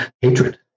hatred